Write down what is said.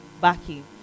backing